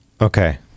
Okay